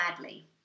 badly